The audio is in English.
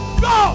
go